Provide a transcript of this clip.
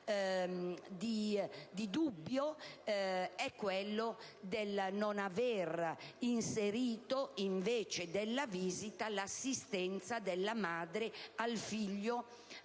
di dubbio riguarda il fatto di non avere inserito, invece della visita, l'assistenza della madre al figlio